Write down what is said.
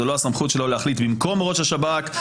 זאת לא הסמכות שלו להחליט במקום ראש השב"כ,